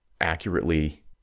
accurately